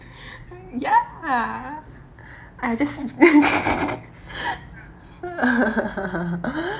ya I just